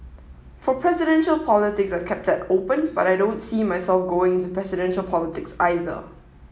for presidential politics I've kept that open but I don't see myself going into presidential politics either